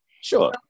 Sure